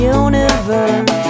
universe